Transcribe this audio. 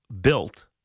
built